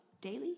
daily